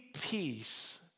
peace